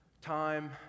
time